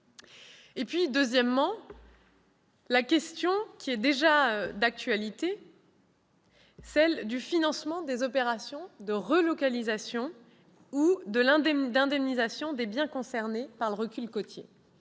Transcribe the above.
il faut aborder la question, déjà d'actualité, du financement des opérations de relocalisation ou d'indemnisation des biens concernés par le recul côtier.